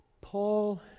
Paul